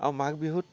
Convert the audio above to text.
আৰু মাঘ বিহুত